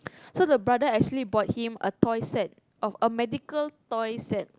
so the brother actually bought him a toy set of a magical toy set